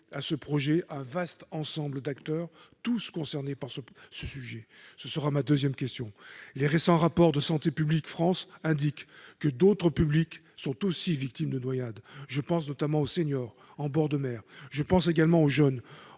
à ce projet le vaste ensemble d'acteurs concernés par le sujet ? Les récents rapports de Santé publique France indiquent que d'autres publics sont victimes de noyades. Je pense notamment aux seniors en bord de mer. Je pense aussi aux jeunes, en